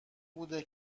بوده